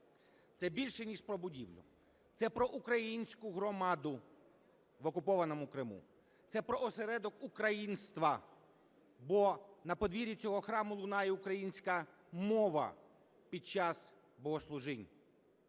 це більше ніж про будівлю – це про українську громаду в окупованому Криму, це про осередок українства, бо на подвір'ї цього храму лунає українська мова під час богослужіння,